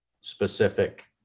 specific